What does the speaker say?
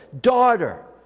Daughter